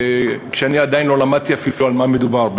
כשאני עדיין לא למדתי אפילו על מה מדובר.